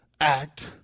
act